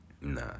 Nah